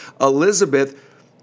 Elizabeth